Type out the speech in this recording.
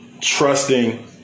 trusting